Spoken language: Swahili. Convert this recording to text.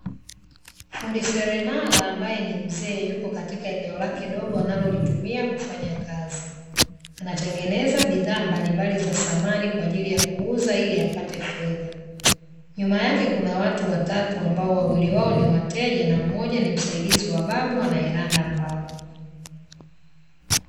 Fundi seremala ambae ni mzee, yupo katika eneo lake dogo analolitumia kufanya kazi. Anatengeneza bidhaa mbalimbali za samani kwa ajili ya kuuza ili apate fedha. Nyuma yake kuna watu watatu, ambao wawili wao ni wateja na mmoja ni msaidizi wa babu anayeranda mbao.